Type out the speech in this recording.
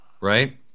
right